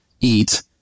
eat